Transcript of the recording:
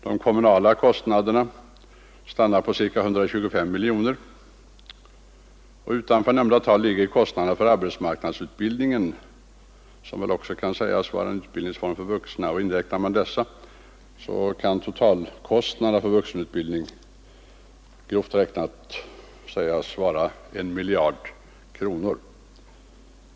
De kommunala kostnaderna för vuxenutbildningen stannar på ca 125 miljoner, och utanför nämnda belopp ligger kostnaderna för arbetsmarknadsutbildningen, som väl också kan sägas vara en utbildningsform för vuxna. Inkluderar man dessa, kan totalkostnaderna för vuxenutbildningen grovt räknat sägas vara 1 miljard kronor.